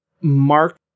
mark